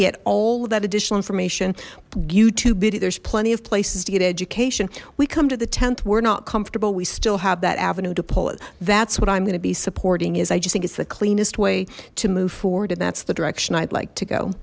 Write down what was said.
of that additional information you to biddy there's plenty of places to get education we come to the th we're not comfortable we still have that avenue to pull it that's what i'm gonna be supporting is i just think it's the cleanest way to move forward and that's the direction i'd like to go